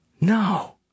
No